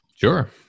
Sure